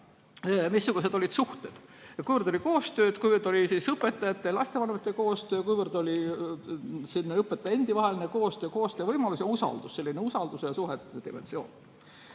missugused olid suhted, kuivõrd oli koostööd, kuivõrd oli õpetajate ja lastevanemate koostööd, kuivõrd oli õpetajate endi vahel koostööd, koostöövõimalust ja usaldust. Selline usalduse ja suhete dimensioon,